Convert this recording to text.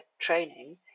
training